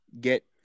get